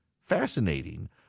fascinating